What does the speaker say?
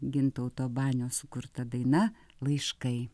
gintauto banio sukurta daina laiškai